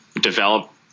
develop